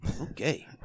okay